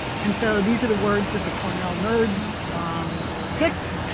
and so these are the words that the cornell nerds picked.